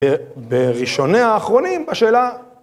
בראשוני האחרונים בשאלה.